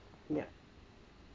yup